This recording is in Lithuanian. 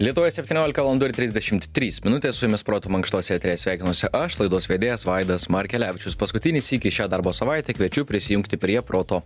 lietuvoj septyniolika valandų ir trisdešimt trys minutės su jumis proto mankštos eteryje sveikinuosi aš laidos vedėjas vaidas markelevičius paskutinį sykį šią darbo savaitę kviečiu prisijungti prie proto